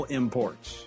imports